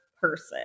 person